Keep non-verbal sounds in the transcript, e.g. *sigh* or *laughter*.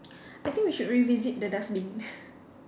*breath* I think we should revisit the dustbin *breath*